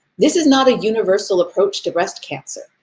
this is not a universal approach to breast cancer,